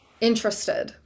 interested